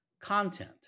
content